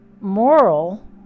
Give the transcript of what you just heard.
moral